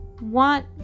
want